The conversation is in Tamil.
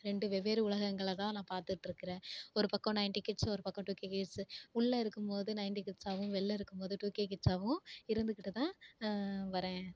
ரெண்டு வெவ்வேறு உலகங்களை தான் நான் பார்த்துட்ருக்குறேன் ஒரு பக்கம் நைன்டி கிட்ஸ் ஒரு பக்கம் டூகே கிட்ஸ் உள்ளே இருக்கும் போது நைன்டி கிட்ஸாகவும் வெளியில் இருக்கும் போது டூகே கிட்ஸாகவும் இருந்துகிட்டு தான் வரேன்